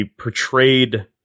portrayed